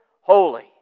Holy